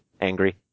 angry